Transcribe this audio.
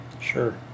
Sure